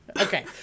Okay